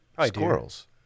squirrels